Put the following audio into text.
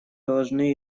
должны